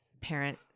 parent